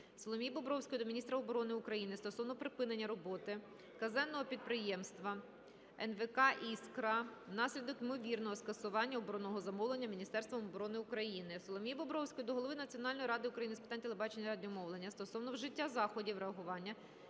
Соломії Бобровської до міністра оборони України стосовно припинення роботи казенного підприємства "НВК "Іскра" внаслідок ймовірного скасування оборонного замовлення Міністерством оборони України. Соломії Бобровської до голови Національної ради України з питань телебачення і радіомовлення стосовно вжиття заходів реагування